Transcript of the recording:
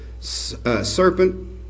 serpent